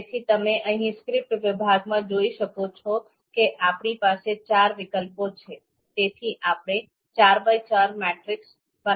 તેથી તમે અહીં સ્ક્રિપ્ટ વિભાગમાં જોઈ શકો છો કે આપણી પાસે ચાર વિકલ્પો છે તેથી આપણે 4x4 મેટ્રિક્સ બનાવવા માંગીએ છીએ